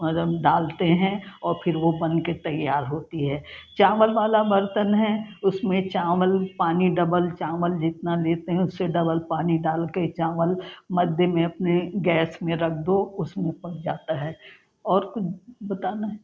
और हम डालते हैं और फिर वो बनके तैयार होती है चावल वाला बर्तन है उसमें चावल पानी डबल चावल जितना लेते हैं उससे डबल पानी डालके चावल मध्य में अपने गैस में रख दो उसमें पक जाता है और कुछ बताना है